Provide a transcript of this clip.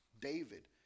David